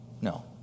No